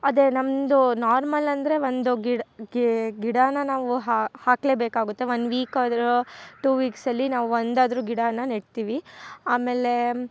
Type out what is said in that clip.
ಅದೇ ನಮ್ಮದು ನಾರ್ಮಲ್ ಅಂದರೆ ಒಂದು ಗಿಡಾನ ನಾವು ಹ ಹಾಕಲೇ ಬೇಕಾಗುತ್ತೆ ಒನ್ ವೀಕ್ ಆದರೂ ಟೂ ವೀಕ್ಸ್ಲ್ಲಿ ನಾವು ಒಂದಾದರೂ ಗಿಡಾನ ನೆಡ್ತೀವಿ ಆಮೇಲೆ